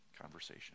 conversation